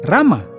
Rama